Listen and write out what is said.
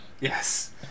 Yes